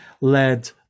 led